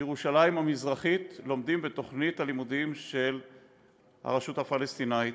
בירושלים המזרחית לומדים לפי תוכנית הלימודים של הרשות הפלסטינית,